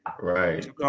Right